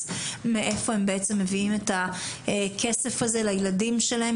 מאיפה הם מביאים את הכסף הזה לילדים שלהם,